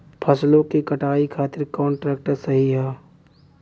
फसलों के कटाई खातिर कौन ट्रैक्टर सही ह?